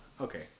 okay